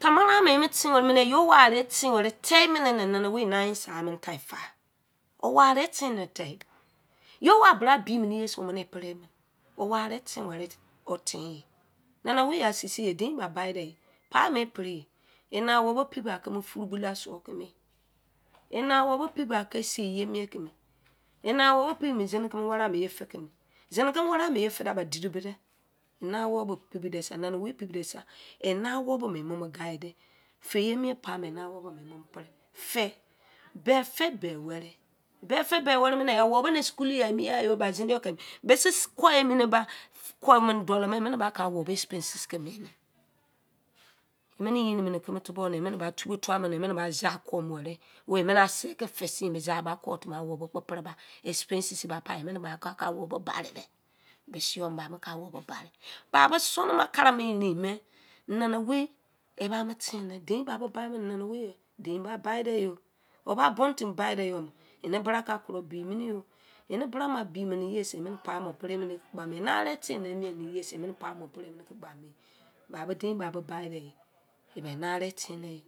Tamara me me ten were mene yo wa ere ten were te mene nanaowei wo answer time fa, o wa ere tene se yo wo bra be mene ye se mene pre mini o. Wa ere ten, nana wei sei sei dein ba bi de e, paimo pre ye, ene awobo pre ba furu bulou ba suwo kumo ye, ene awobo pai seiye mien kumo, ene awobo pai zine keme ware mo iye fe kumo zine keme ware amu iye fe de ba dri bode. Ene wobo pepi de se nana wei ene wobo emomo guide feye mien paimo ene wobo preye fe, be fe, awobo ne schoola emi yan-yo ba zine yo ke miyan mese ku mi ba dolo me mene ba ke owobo expenses ke mien, emene yo mene keme tubo ne emene ba tubo tuwa mene a mene ase ke fe sin suwagan ban ko timi owobo kpo pre ba expenses ba pai emene ba ka ke owobo barede mese you cobake owoba barede. Ba bo sun-nama kere mi erin me nanawei eba mo teni, dein ba bade o wuba bonu timi bade o, ene bra ka kru bi mini yo, bra ma bi mini ye se emene paimo pre mene ke gba mo. Ene ere ten ne bi dese emene paimo pre, dein bi bade ene ere ten mene